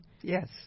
Yes